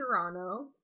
Toronto